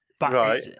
Right